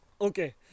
okay